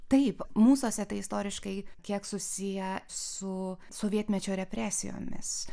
taip mūsuose tai istoriškai kiek susiję su sovietmečio represijomis